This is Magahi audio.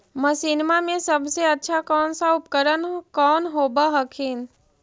मसिनमा मे सबसे अच्छा कौन सा उपकरण कौन होब हखिन?